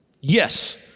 Yes